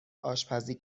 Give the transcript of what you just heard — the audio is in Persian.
آشپزی